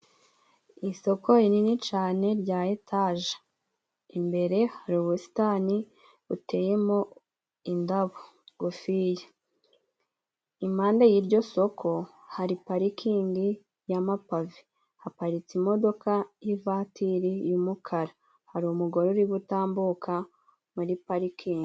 Isoko rinini cane rya Etaje, imbere hari ubusitani buteyemo indabo ngufiya, impande y'iryo soko hari parikingi y'amapave haparitse imodoka y'ivatiri y'umukara, hari umugore uri gutambuka muri parikingi.